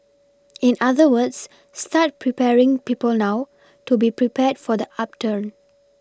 in other words start preparing people now to be prepared for the upturn